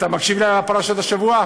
אתה מקשיב לפרשת השבוע?